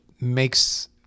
makes